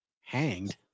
Hanged